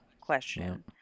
question